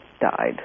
died